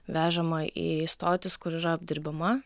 vežama į stotis kur yra apdirbama